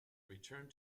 returned